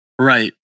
Right